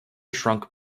shrunk